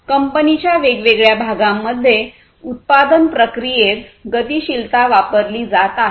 कंपनीच्या वेगवेगळ्या भागांमध्ये उत्पादन प्रक्रियेत गतिशीलता वापरली जात आहे